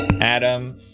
Adam